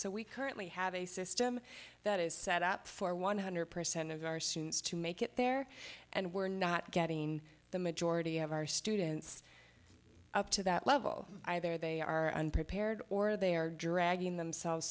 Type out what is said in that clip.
so we currently have a system that is set up for one hundred percent of our students to make it there and we're not getting the majority of our students up to that level either they are unprepared or they are dragging themselves